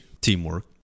Teamwork